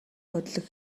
хөдлөх